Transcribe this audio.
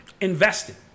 investing